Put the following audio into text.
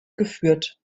geführt